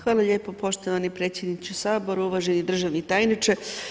Hvala lijepo poštovani predsjedniče Sabora, uvaženi državni tajniče.